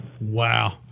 Wow